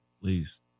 Please